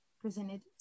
presented